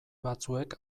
batzuek